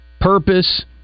purpose